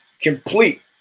complete